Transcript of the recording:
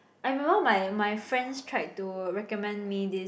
I remember my my friends tried to recommend me this